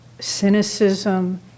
cynicism